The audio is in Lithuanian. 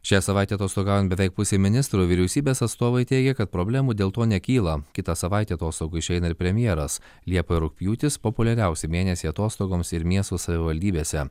šią savaitę atostogaujant beveik pusei ministrų vyriausybės atstovai teigia kad problemų dėl to nekyla kitą savaitę atostogų išeina ir premjeras liepa ir rugpjūtis populiariausi mėnesiai atostogoms ir miesto savivaldybėse